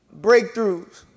Breakthroughs